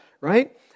Right